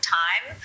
time